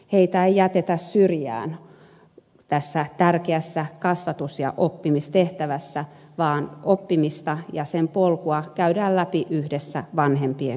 heitä ei jätetä syrjään tässä tärkeässä kasvatus ja oppimistehtävässä vaan oppimista ja sen polkua käydään läpi yhdessä vanhempien kanssa